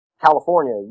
california